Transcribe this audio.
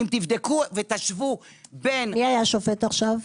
אם תבדקו ותשוו בין --- מי היה השופט עכשיו?